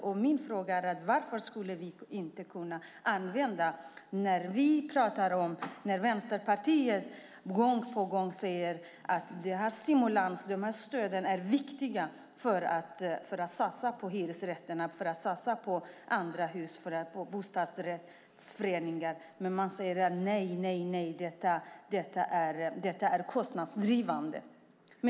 Vi i Vänsterpartiet har gång på gång sagt att det är viktigt med stöd för att stimulera satsningar på hyresrätter och bostadsrätter, men ni säger: Nej, detta är kostnadsdrivande!